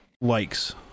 likes